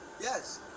Yes